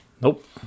Nope